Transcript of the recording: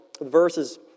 verses